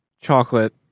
chocolate